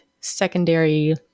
secondary